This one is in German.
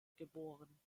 geboren